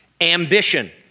ambition